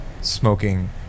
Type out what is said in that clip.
smoking